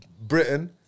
Britain